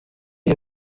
iyi